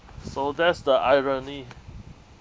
so that's the irony